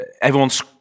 Everyone's